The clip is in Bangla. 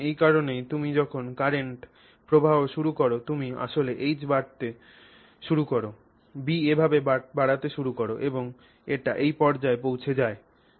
সুতরাং এই কারণেই তুমি যখন কারেন্ট প্রবাহ শুরু কর তুমি আসলে H বাড়াতে শুরু কর B এভাবে বাড়তে শুরু করে এবং এটি এই পর্যায়ে পৌঁছে যায়